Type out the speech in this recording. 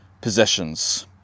possessions